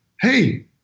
hey